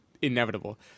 inevitable